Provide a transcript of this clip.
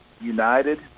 united